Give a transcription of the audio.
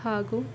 ಹಾಗೂ